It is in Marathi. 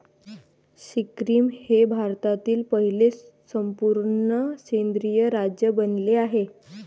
सिक्कीम हे भारतातील पहिले संपूर्ण सेंद्रिय राज्य बनले आहे